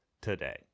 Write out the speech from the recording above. today